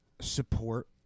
support